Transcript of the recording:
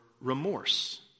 remorse